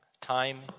time